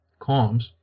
comms